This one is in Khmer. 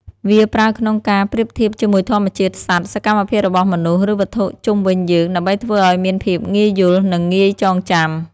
វាប្រើក្នុងការប្រៀបធៀបជាមួយធម្មជាតិ សត្វ សកម្មភាពរបស់មនុស្ស ឬវត្ថុជុំវិញយើង ដើម្បីធ្វើឲ្យមានភាពងាយយល់ និងងាយចងចាំ។